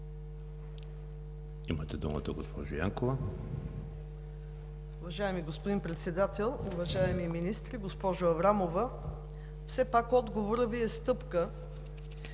Имате думата, госпожо Янкова.